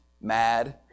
mad